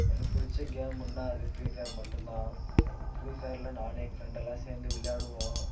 எனக் பிடிச்ச கேம்முன்னா அது ஃப்ரீஃபயர் மட்டுந்தான் ஃப்ரீஃபயரில் நானும் எங்கள் ஃப்ரெண்டெல்லாம் சேர்ந்து விளையாடுவோம்